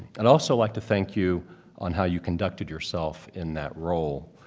and also like to thank you on how you conducted yourself in that role.